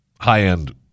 high-end